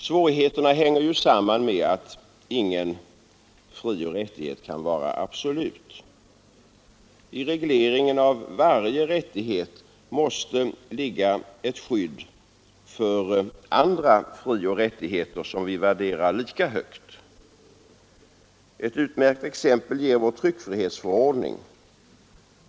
Svårigheterna hänger samman med att ingen frioch rättighet kan vara absolut. I regleringen av varje rättighet måste ligga ett skydd för andra frioch rättigheter som vi värderar lika högt. Ett utmärkt exempel ger vår tryckfrihetsförordning.